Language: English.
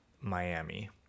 Miami